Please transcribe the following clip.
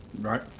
Right